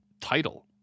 title